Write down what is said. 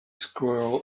squirrel